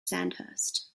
sandhurst